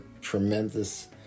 tremendous